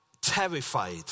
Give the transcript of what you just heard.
terrified